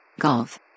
Golf